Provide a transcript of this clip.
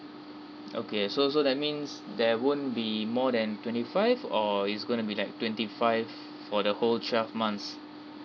okay so so that means there won't be more than twenty five or is gonna be like twenty five for the whole twelve months